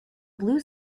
blue